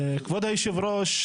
כבוד היושב-ראש,